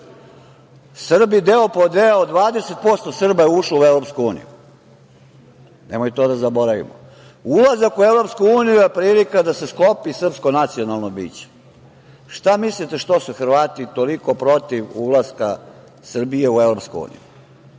Srbi deo po deo, 20% Srba je ušlo u EU. Nemoj to da zaboravimo. Ulazak u EU je prilika da se sklopi srpsko nacionalno biće. Šta mislite, što su Hrvati toliko protiv ulaska Srbije u EU?